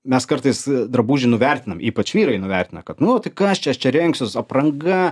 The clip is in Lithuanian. mes kartais drabužį nuvertinam ypač vyrai nuvertina kad nu tai kas čia aš čia rengsiuos apranga